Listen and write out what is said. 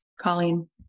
Colleen